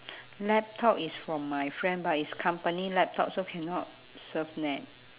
laptop is from my friend but is company laptop so cannot surf net